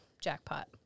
Jackpot